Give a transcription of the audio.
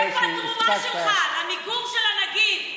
איפה התרומה שלך למיגור של הנגיף?